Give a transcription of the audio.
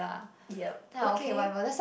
yeap okay